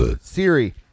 Siri